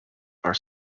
are